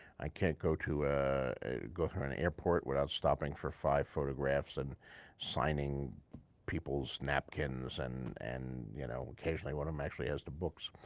i can't go to go to an airport without stopping for five photographs and signing peoples napkins and and, you know, occasionally someone um actually has the books.